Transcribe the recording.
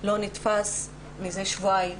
לא נתפס מזה שבועיים,